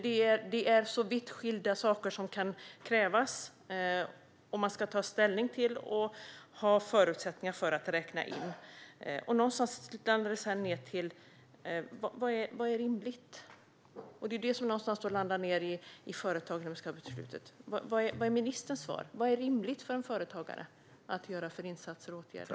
Det är vitt skilda saker som kan krävas, som man ska ta ställning till och som man ska ha förutsättningar för att räkna in. I slutänden landar det i vad som är rimligt för företagen. Vad anser ministern är rimligt för en företagare att vidta vad gäller åtgärder?